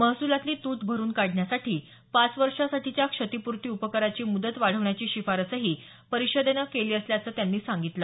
महसुलातली तूट भरुन काढण्यासाठी पाच वर्षासाठीच्या क्षतिपूर्ती उपकराची मुदत वाढवण्याची शिफारसही परिषदेनं केली असल्याचं त्यांनी सांगितलं